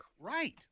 Right